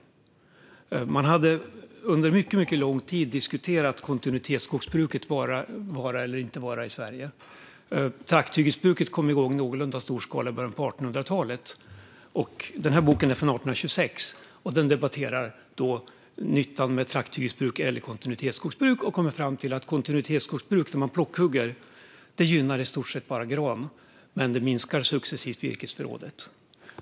Man hade under mycket lång tid diskuterat kontinuitetsskogsbrukets vara eller inte vara i Sverige. Trakthyggesbruk kom igång i någorlunda stor skala i början av 1800-talet. Den här boken som jag håller i är från 1826, och i den debatterar man nyttan av trakthyggesbruk eller kontinuitetsskogsbruk. Man kommer fram till att kontinuitetsskogsbruk där man plockhugger gynnar i stort sett bara gran, men det minskar successivt virkesförrådet.